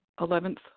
eleventh